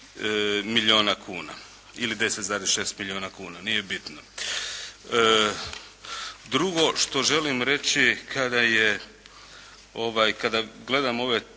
milijuna kuna ili 10,6 milijuna kuna, nije bitno. Drugo što želim reći kada je, ovaj kada gledam ove